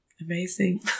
amazing